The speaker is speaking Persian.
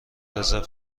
رزرو